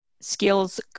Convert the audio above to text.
skills